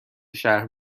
شهر